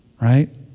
right